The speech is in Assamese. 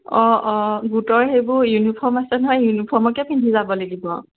অঁ অঁ গোটৰ সেইবোৰ ইউনিফৰ্ম আছে নহয় ইউনিফৰ্মকে পিন্ধি যাব লাগিব আৰু